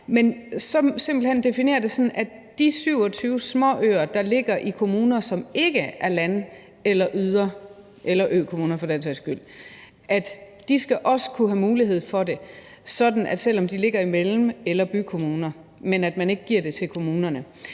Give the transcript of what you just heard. at de 27 småøer, der ligger i kommuner, som ikke er land- eller yder- eller økommuner for den sags skyld, også skal kunne have mulighed for det, selv om de ligger i mellem- eller bykommuner, men at man ikke giver det til kommunerne.